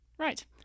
Right